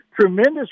tremendous